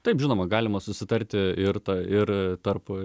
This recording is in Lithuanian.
taip žinoma galima susitarti ir ta ir tarp